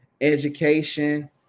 education